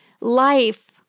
life